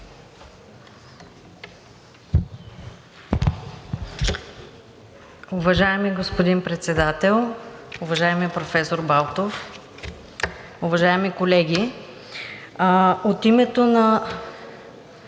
Уважаеми господин Председател, уважаеми професор Балтов, уважаеми колеги! От името на